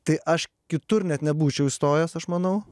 tai aš kitur net nebūčiau įstojęs aš manau